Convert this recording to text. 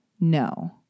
no